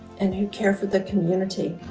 and who care for the community.